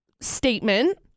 statement